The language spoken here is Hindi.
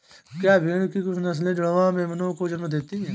क्या भेड़ों की कुछ नस्लें जुड़वा मेमनों को जन्म देती हैं?